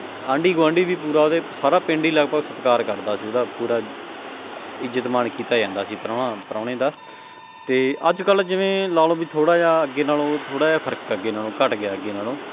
ਆਂਢੀ ਗੁਆਂਢੀ ਵੀ ਪੂਰਾ ਉਹਦੇ ਸਾਰਾ ਪਿੰਡ ਹੀ ਲਗਭਗ ਸਤਿਕਾਰ ਕਰਦਾ ਸੀ ਉਹਦਾ ਪੂਰਾ ਇੱਜ਼ਤ ਮਾਣ ਕੀਤਾ ਜਾਂਦਾ ਸੀ ਪ੍ਰਾਹੁਣਾ ਪ੍ਰਾਹੁਣੇ ਦਾ ਅਤੇ ਅੱਜ ਕੱਲ੍ਹ ਜਿਵੇਂ ਲਾ ਲਓ ਵੀ ਥੋੜ੍ਹਾ ਜਿਹਾ ਅੱਗੇ ਨਾਲੋਂ ਥੋੜ੍ਹਾ ਜਿਹਾ ਫਰਕ ਅੱਗੇ ਨਾਲੋਂ ਘੱਟ ਗਿਆ ਅੱਗੇ ਨਾਲੋਂ